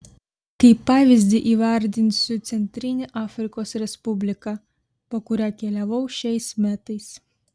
kaip pavyzdį įvardinsiu centrinę afrikos respubliką po kurią keliavau šiais metais